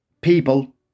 people